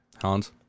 Hans